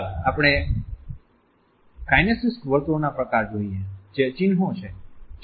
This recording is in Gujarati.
ચાલો આપણે કાઈનેસીક્સ વર્તણૂકના પ્રકાર જોઈએજે ચિન્હો છે